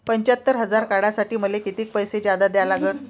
पंच्यात्तर हजार काढासाठी मले कितीक पैसे जादा द्या लागन?